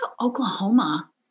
oklahoma